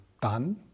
done